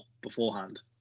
beforehand